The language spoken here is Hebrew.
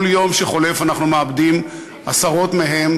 כל יום שחולף אנחנו מאבדים עשרות מהם,